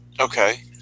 Okay